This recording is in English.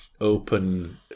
open